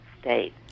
state